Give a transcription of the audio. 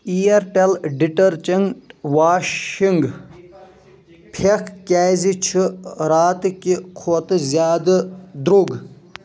Airtel detergent washing پھٮ۪کھ کیٛازِ چھُ راتہٕ کہِ کھۄتہٕ زیادٕ درٛوگ؟